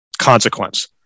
consequence